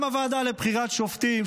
גם הוועדה לבחירת שופטים,